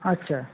আচ্ছা